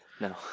No